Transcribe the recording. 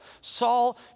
Saul